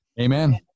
Amen